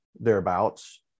thereabouts